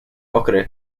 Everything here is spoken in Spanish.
ocre